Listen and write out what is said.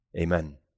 Amen